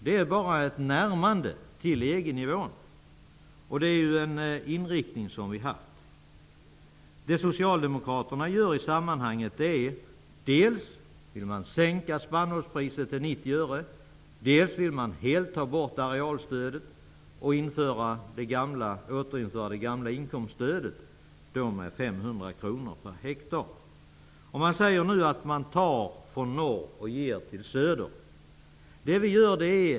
Det innebär ett närmande till EG nivån, vilket är en inriktning som vi har haft. Det som socialdemokraterna vill göra i sammanhanget är att dels sänka spannmålspriset till 90 öre, dels helt ta bort arealstödet och återinföra det gamla inkomststödet, nu med 500 kr/ha. Man säger nu att man vill ta från norr och ge till söder.